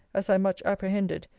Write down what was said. as i much apprehended,